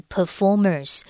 Performers